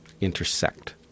intersect